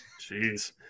Jeez